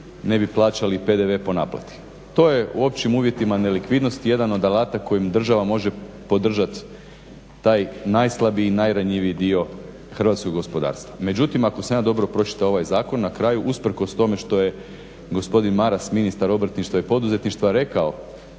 ne bi plaćali PDV po naplati? To je u općim uvjetima nelikvidnosti jedan od alata kojim država može podržati taj najslabiji i najranjiviji dio hrvatskog gospodarstva. Međutim, ako sam ja dobro pročitao ovaj zakon na kraju usprkos tome što je gospodin Maras ministar obrtništva i poduzetništva rekao